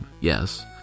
yes